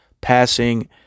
passing